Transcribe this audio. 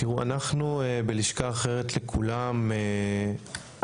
תראו, אנחנו בלשכה אחרת לכולם בעצם